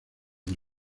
del